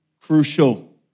crucial